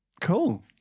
Cool